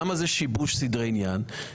למה זה שיבוש סדרי עניין?